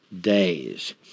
days